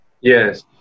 Yes